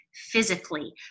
physically